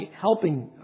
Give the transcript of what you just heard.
helping